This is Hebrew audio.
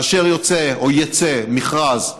כאשר יוצא או יצא מכרז,